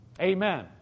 Amen